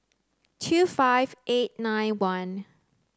two five eight nine one